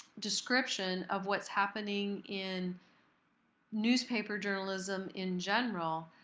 description of what's happening in newspaper journalism in general.